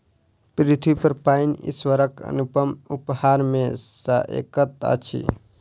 पृथ्वीपर पाइन ईश्वरक अनुपम उपहार मे सॅ एकटा अछि